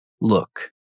look